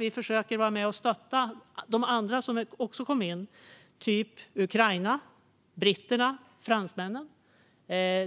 vi försöker stötta de andra som också valts in, typ Ukraina, Storbritannien och Frankrike.